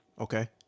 Okay